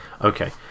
Okay